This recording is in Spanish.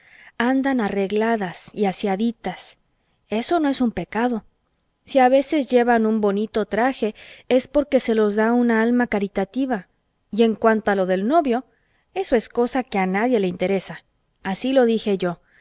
andan arregladas y aseaditas eso no es un pecado si a veces llevan un bonito traje es porque se los da una alma caritativa y en cuanto a lo del novio eso es cosa que a nadie le interesa así lo dije yo